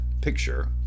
picture